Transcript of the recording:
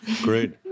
Great